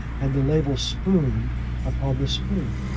and the label spoon upon the spoon.